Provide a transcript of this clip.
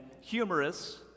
humorous